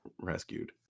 Rescued